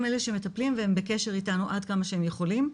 הם אלה שמטפלים והם בקשר איתנו-עד כמה שהם יכולים.